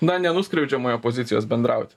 na nenuskriaudžiamojo pozicijos bendrauti